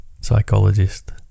Psychologist